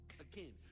Again